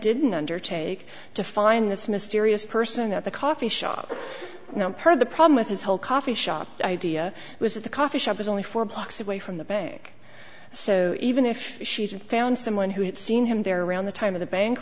didn't undertake to find this mysterious person at the coffee shop now part of the problem with his whole coffee shop idea was that the coffee shop was only four blocks away from the bank so even if she found someone who had seen him there around the time of the bank